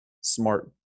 smart